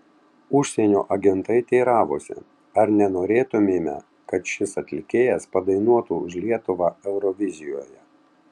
užsienio agentai teiravosi ar nenorėtumėme kad šis atlikėjas padainuotų už lietuvą eurovizijoje